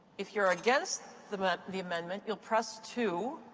if you're against the but the amendment, you'll press two.